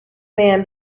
man